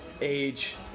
age